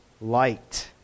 light